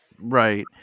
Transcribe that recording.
Right